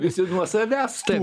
visi nuo savęs taip